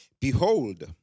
Behold